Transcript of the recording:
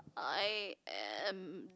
I am